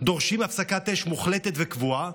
דורשים הפסקת אש מוחלטת וקבועה,